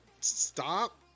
stop